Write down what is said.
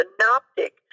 synoptic